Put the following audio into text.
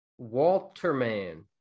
Walterman